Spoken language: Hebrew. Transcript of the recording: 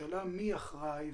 השאלה מי אחראי.